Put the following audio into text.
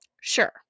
Sure